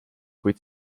kuid